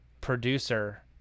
producer